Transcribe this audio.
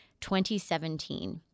2017